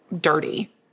dirty